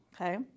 Okay